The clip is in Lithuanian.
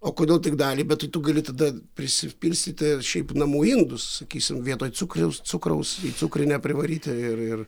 o kodėl tik dalį bet tai tu gali tada prisipilstyti šiaip namų indus sakysim vietoj cukriaus cukraus į cukrinę privaryti ir ir